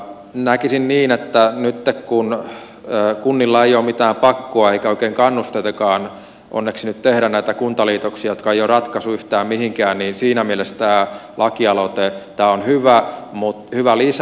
näkisin niin että nytten kun kunnilla ei ole mitään pakkoa eikä oikein kannusteitakaan onneksi nyt tehdä näitä kuntaliitoksia jotka eivät ole ratkaisu yhtään mihinkään niin siinä mielessä tämä lakialoite on hyvä lisä